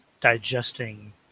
digesting